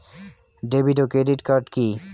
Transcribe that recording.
David ও credit card কি?